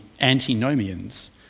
antinomians